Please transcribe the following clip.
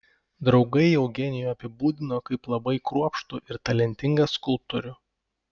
draugai eugenijų apibūdino kaip labai kruopštų ir talentingą skulptorių